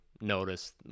notice